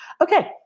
Okay